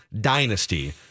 dynasty